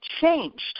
changed